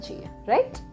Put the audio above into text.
Right